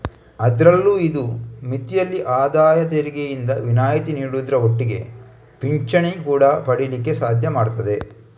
ಅದ್ರಲ್ಲೂ ಇದು ಮಿತಿಯಲ್ಲಿ ಆದಾಯ ತೆರಿಗೆಯಿಂದ ವಿನಾಯಿತಿ ನೀಡುದ್ರ ಒಟ್ಟಿಗೆ ಪಿಂಚಣಿ ಕೂಡಾ ಪಡೀಲಿಕ್ಕೆ ಸಾಧ್ಯ ಮಾಡ್ತದೆ